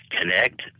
connect